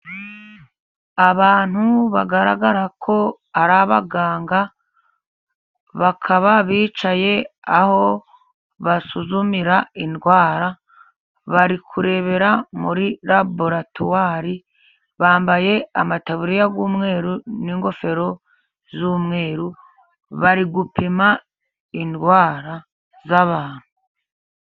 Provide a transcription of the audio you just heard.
Abantu bagaragara ko ari abaganga bakaba bicaye aho basuzumira indwara. Bari kurebera muri laboratwari, bambaye amataburiya y'umweru n'ingofero z'umweru, bari gupima indwara z'abantu.